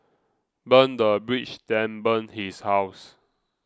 burn the bridge then burn his house